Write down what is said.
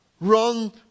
Run